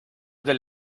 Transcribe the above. del